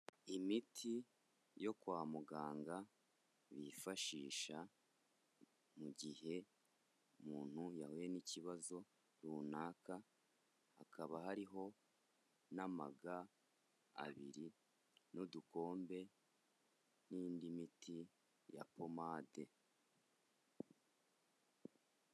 Imiti yo kwa muganga bifashisha mu gihe umuntu yahuye n'ikibazo runaka, hakaba hariho n'amaga abiri n'udukombe n'indi miti ya pomade.